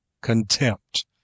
contempt